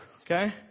okay